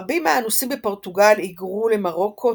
רבים מהאנוסים בפורטוגל היגרו למרוקו,